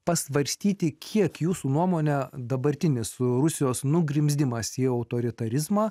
pasvarstyti kiek jūsų nuomone dabartinis rusijos nugrimzdimas į autoritarizmą